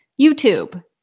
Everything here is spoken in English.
YouTube